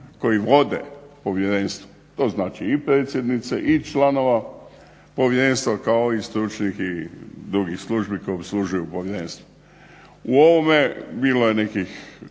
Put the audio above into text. koji vode Povjerenstvo. To znači i predsjednice i članova Povjerenstva kao i stručnih i drugih službi koje opslužuju Povjerenstvo. U ovome bilo je nekih